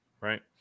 right